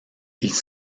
ils